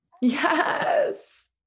yes